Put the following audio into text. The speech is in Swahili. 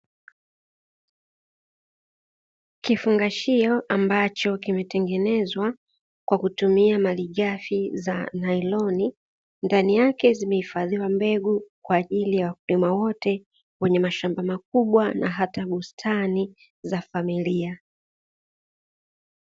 Kifungashio ambacho kimetengenezwa kwa kutumia malighafi za nailoni, ndani yake zimehifadhiwa mbegu kwa ajili ya wakulima wote wenye mashamba makubwa na hata bustani za familia.